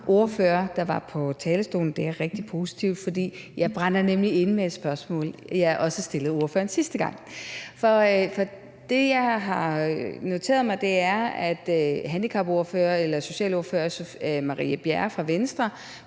ordfører, der var på talerstolen, og det er rigtig positivt, for jeg brænder nemlig inde med et spørgsmål, jeg også stillede ordføreren sidste gang. For det, jeg har noteret mig, er, at socialordfører fru Marie Bjerre fra Venstre